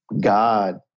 God